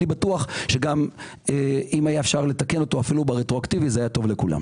אני בטוח שאם היה אפשר לתקן את המכתב רטרואקטיבית זה היה טוב לכולם.